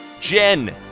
Jen